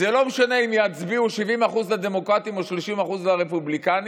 זה לא משנה אם יצביעו 70% לדמוקרטים או 30% לרפובליקנים,